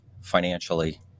financially